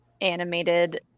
animated